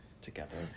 together